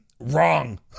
wrong